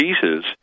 pieces